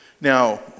Now